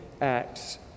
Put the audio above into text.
acts